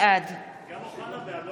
בעד גם אוחנה בעד.